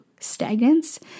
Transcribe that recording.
stagnance